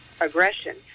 aggression